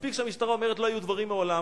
מספיק שהמשטרה אומרת: לא היו דברים מעולם,